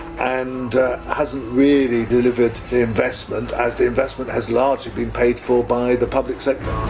and hasn't really delivered the investment, as the investment has largely been paid for by the public sector.